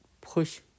push